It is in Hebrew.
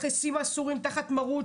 יחסים אסורים תחת מרות,